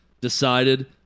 decided